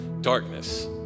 darkness